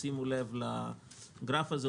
שימו לב לגרף הזה,